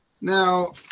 now